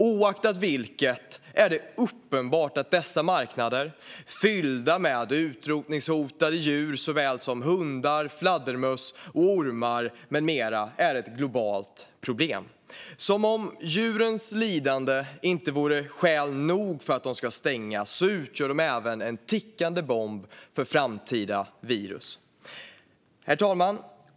Oavsett vilket är det uppenbart att dessa marknader fyllda med såväl utrotningshotade djur som hundar, fladdermöss och ormar med mera är ett globalt problem. Som om djurens lidande inte vore skäl nog att stänga dessa marknader utgör de även en tickande bomb för framtida virus. Herr talman!